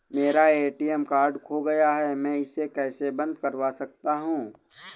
मेरा ATM card खो गया है मैं इसे कैसे बंद करवा सकता हूँ?